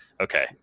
okay